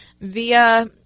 via